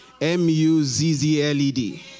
M-U-Z-Z-L-E-D